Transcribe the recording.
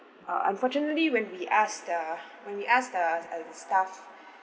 uh unfortunately when we ask the when we ask the uh the staff